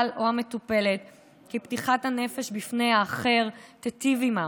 המטופל או המטופלת כי פתיחת הנפש בפני האחר תיטיב עימם,